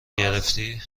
گرفتی